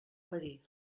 verí